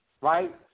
right